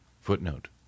Footnote